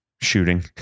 shooting